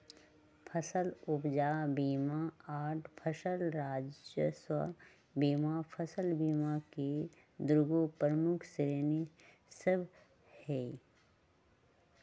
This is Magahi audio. फसल उपजा बीमा आऽ फसल राजस्व बीमा फसल बीमा के दूगो प्रमुख श्रेणि सभ हइ